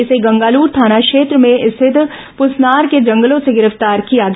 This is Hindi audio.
इसे गंगालूर थाना क्षेत्र में स्थित पुसनार के जंगलों से गिरफ्तार किया गया